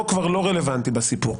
כבר לא רלוונטי בסיפור,